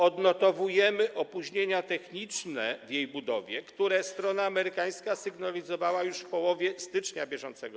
Odnotowujemy opóźnienia techniczne w jej budowie, które strona amerykańska sygnalizowała już w połowie stycznia br.